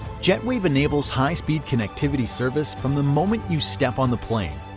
jetwave enables high speed connectivity service from the moment you step on the plane.